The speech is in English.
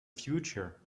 future